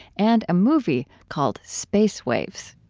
and a movie called space waves